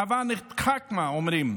"הבה נתחכמה", אומרים.